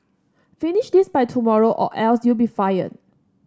finish this by tomorrow or else you'll be fired